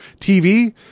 TV